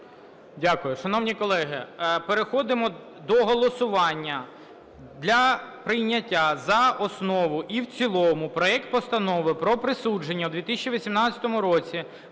Шановні колеги, переходимо до голосування. Для прийняття за основу і в цілому проект Постанови про присудження у 2018 році